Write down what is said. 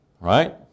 Right